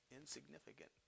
insignificant